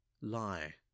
Lie